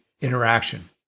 interaction